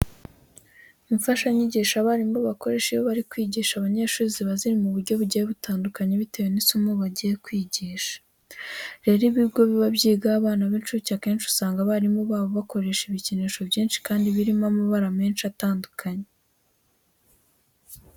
Imfashanyigisho abarimu bakoresha iyo bari kwigisha abanyeshuri ziba ziri mu buryo bugiye butandukanye bitewe n'isomo bagiye kwigisha. Rero ibigo biba byigaho abana b'incuke akenshi usanga abarimu baho bakoresha ibikinisho byinshi kandi birimo amabara menshi atandukanye.